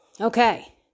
Okay